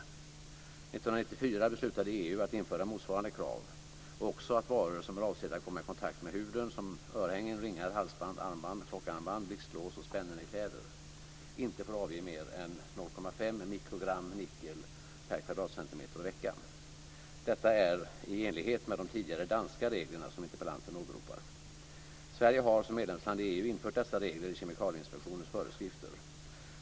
1994 beslutade EU att införa motsvarande krav och också att varor som är avsedda att komma i kontakt med huden - örhängen, ringar, halsband, armband, klockarmband, blixtlås och spännen i kläder och vecka. Detta är i enlighet med de tidigare danska reglerna, som interpellanten åberopade. Sverige har, som medlemsland i EU, infört dessa regler i Kemikalieinspektionens föreskrifter.